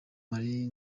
marie